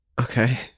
Okay